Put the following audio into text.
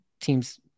teams